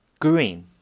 green